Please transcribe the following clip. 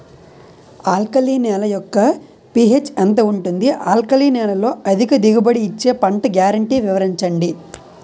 Alkali నేల యెక్క pH ఎంత ఉంటుంది? ఆల్కలి నేలలో అధిక దిగుబడి ఇచ్చే పంట గ్యారంటీ వివరించండి?